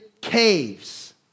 caves